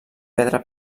pedra